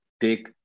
take